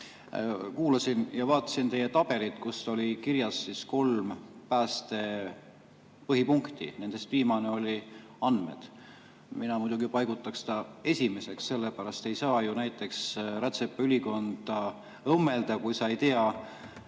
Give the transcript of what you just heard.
Kuulasin [teid] ja vaatasin teie tabelit, kus oli kirjas kolm päästvat põhipunkti. Nendest viimane oli andmete punkt. Mina muidugi paigutaks ta esimeseks, sellepärast et ei saa ju näiteks rätsepaülikonda õmmelda, kui sa ei tea,